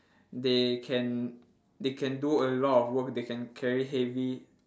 they can they can do a lot of work they can carry heavy